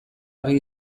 argi